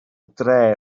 dre